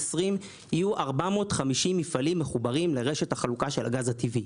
יהיו 450 מפעלים מחוברים לרשת החלוקה של הגז הטבעי.